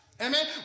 Amen